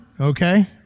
okay